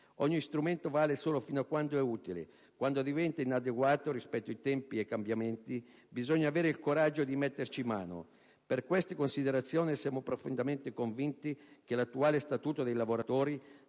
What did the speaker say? Ogni strumento vale solo fino a quando è utile: quando diventa inadeguato rispetto ai tempi e ai cambiamenti bisogna avere il coraggio di metterci mano. Per queste considerazioni siamo profondamente convinti che l'attuale Statuto dei lavoratori